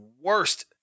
worst